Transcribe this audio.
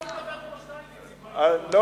אני לא מדבר כמו שטייניץ, עם כל